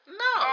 no